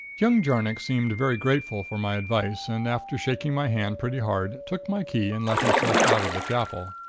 young jarnock seemed very grateful for my advice and after shaking my hand pretty hard, took my key, and let himself out of the chapel.